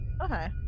Okay